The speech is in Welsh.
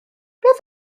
beth